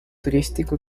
turístico